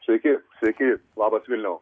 sveiki sveiki labas vilniau